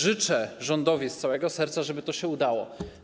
Życzę rządowi z całego serca, żeby to się udało.